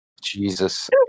Jesus